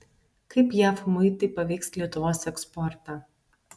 kaip jav muitai paveiks lietuvos eksportą